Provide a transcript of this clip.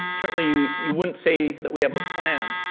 certainly you wouldn't say that we have a plan.